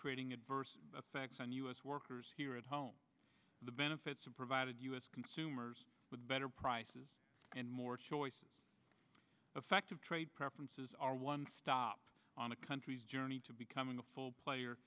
creating adverse effects on u s workers here at home the benefits are provided us consumers with better prices and more choices effective trade preferences are one stop on a country's journey to becoming a full player